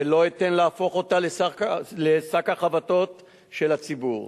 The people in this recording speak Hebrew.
ולא אתן להפוך אותה לשק החבטות של הציבור.